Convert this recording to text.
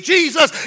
Jesus